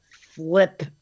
flip